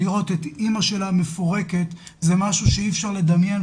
ראיתי את אימא שלה מפורקת וזה משהו שאי-אפשר לדמיין,